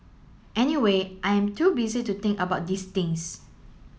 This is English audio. anyway I am too busy to think about these things